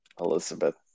Elizabeth